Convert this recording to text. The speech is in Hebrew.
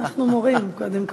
אנחנו מורים קודם כול.